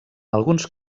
alguns